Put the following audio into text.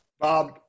Bob